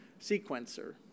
sequencer